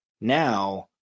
now